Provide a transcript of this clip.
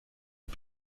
aux